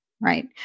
right